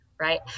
right